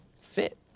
fit